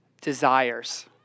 desires